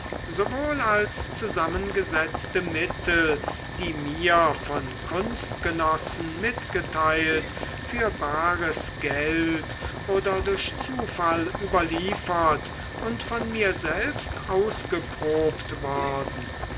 sowohl als zusammengesetzte mittel die mir von kunstgenossen mitgeteilt für bares geld oder durch zufall überliefert und von mir selbst ausgeprobt worden